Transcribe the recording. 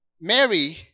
Mary